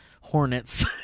hornets